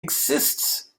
exists